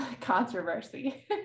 controversy